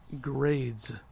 grades